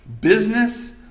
business